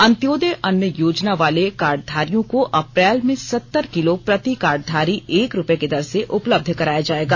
अन्तयोदय अन्य योजना वाले कार्डधारियों को अप्रैल में सत्तर किलो प्रति कार्डधारी एक रूपये की दर से उपलब्ध कराया जाएगा